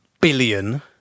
billion